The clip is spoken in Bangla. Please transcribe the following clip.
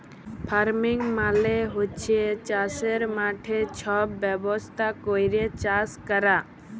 ফার্মিং মালে হছে চাষের মাঠে ছব ব্যবস্থা ক্যইরে চাষ ক্যরা